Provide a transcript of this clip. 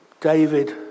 David